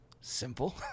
simple